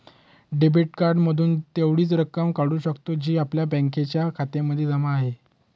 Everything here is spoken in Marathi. डेबिट कार्ड मधून तेवढीच रक्कम काढू शकतो, जी आपल्या बँकेच्या खात्यामध्ये जमा आहे